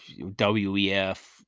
WEF